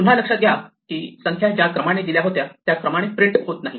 पुन्हा लक्षात घ्या की या संख्या ज्या क्रमाने दिल्या होत्या त्या क्रमाने प्रिंट होत नाहीत